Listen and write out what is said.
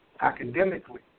academically